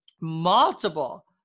multiple